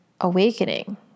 awakening